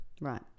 Right